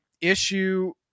issue